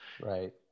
right